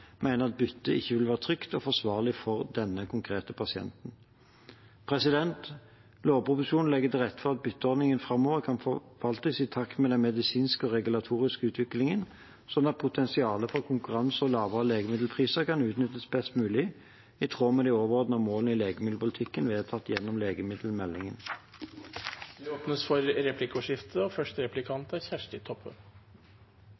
at byttet ikke vil være trygt og forsvarlig for den konkrete pasienten. Lovproposisjonen legger til rette for at bytteordningen framover kan forvaltes i takt med den medisinske og regulatoriske utviklingen, slik at potensialet for konkurranse og lavere legemiddelpriser kan utnyttes best mulig i tråd med de overordnede målene i legemiddelpolitikken vedtatt gjennom legemiddelmeldingen. Det blir replikkordskifte.